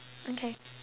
okay